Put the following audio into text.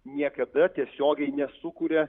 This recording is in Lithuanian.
niekada tiesiogiai nesukuria